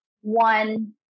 one